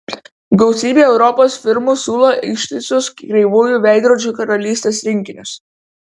gausybė europos firmų siūlo ištisus kreivųjų veidrodžių karalystės rinkinius